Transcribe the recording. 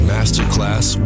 Masterclass